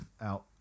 out